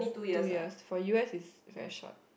two years for u_s is very short